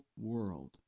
world